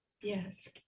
Yes